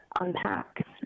unpack